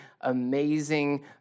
amazing